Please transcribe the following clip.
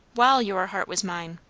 while your heart was mine!